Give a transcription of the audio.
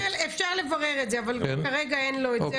אפשר לברר את זה, אבל כרגע אין לו את זה.